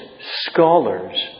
scholars